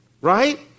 right